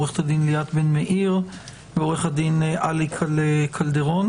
עו"ד ליאת בן מאיר ועו"ד עלי קלדרון.